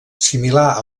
similar